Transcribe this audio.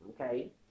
Okay